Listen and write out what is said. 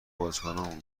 بازیکنامون